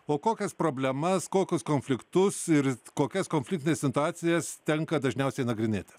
o kokias problemas kokius konfliktus ir kokias konfliktines situacijas tenka dažniausiai nagrinėti